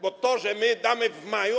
Bo to, że my damy w maju.